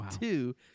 Two